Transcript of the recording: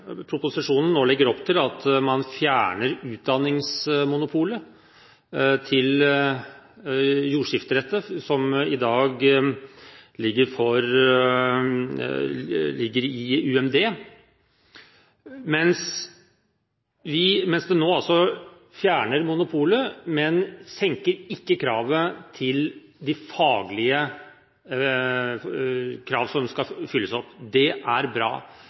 proposisjonen nå legger opp til at man fjerner utdanningsmonopolet til jordskifteretten, som i dag ligger til UMB. Nå fjerner man altså monopolet, men senker ikke kravet til de faglige krav som skal fylles opp. Det er bra.